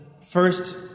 first